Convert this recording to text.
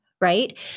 Right